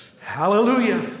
Hallelujah